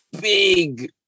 big